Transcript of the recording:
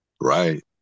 Right